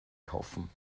kaufen